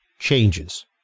changes